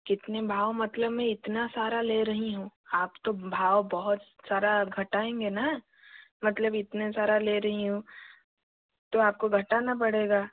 कितने भाव मतलब मैं इतना सारा ले रही हूँ आप तो भाव बहुत सारा घटाएंगे ना मतलब इतने सारा ले रही हूँ तो आपको घटाना पड़ेगा